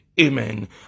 Amen